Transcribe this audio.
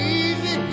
easy